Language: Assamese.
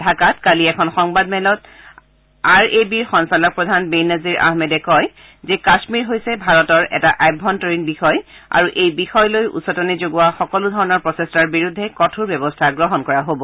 ঢাকাত কালি এখন সংবাদ মেলত আৰ এ বিৰ সঞ্চালক প্ৰধান বেনজিৰ আহমেদে কয় যে কাশ্মীৰ হৈছে ভাৰতৰ এটা আভ্যন্তৰীণ বিষয় আৰু এই বিষয় লৈ উচতনি যোগোৱা সকলোধৰণৰ প্ৰচেষ্টাৰ বিৰুদ্ধে কঠোৰ ব্যৱস্থা গ্ৰহণ কৰা হব